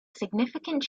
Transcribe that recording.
significant